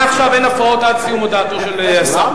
מעכשיו אין הפרעות עד סיום הודעתו של השר.